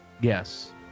Yes